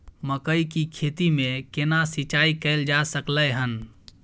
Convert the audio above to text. मकई की खेती में केना सिंचाई कैल जा सकलय हन?